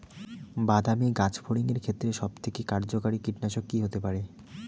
বাদামী গাছফড়িঙের ক্ষেত্রে সবথেকে কার্যকরী কীটনাশক কি হতে পারে?